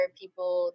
people